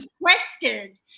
requested